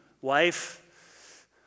wife